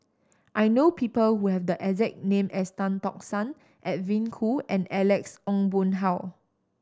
I know people who have the exact name as Tan Tock San Edwin Koo and Alex Ong Boon Hau